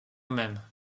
même